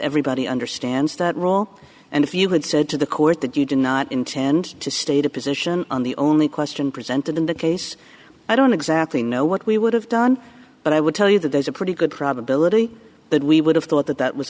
everybody understands that rule and if you had said to the court that you did not intend to state a position on the only question presented in that case i don't exactly know what we would have done but i would tell you that there's a pretty good probability that we would have thought that that was